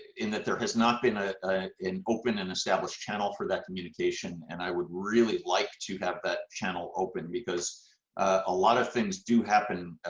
in that there has not been ah an open and established channel for that communication and i would really like to have that channel open because a lot of things do happen.